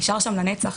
נשאר שם לנצח.